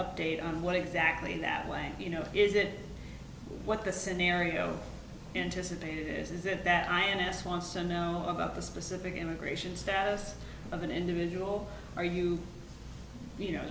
update on what exactly that way you know is it what the scenario anticipate is is it that i asked wants to know about the specific immigration status of an individual or you you know